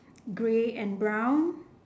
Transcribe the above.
grey and brown